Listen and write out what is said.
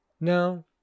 No